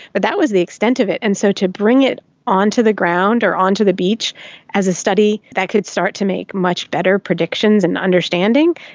but that was the extent of it. and so to bring it onto the ground or onto the beach as a study that could start to make much better predictions and understanding,